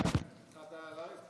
התחלת כבר.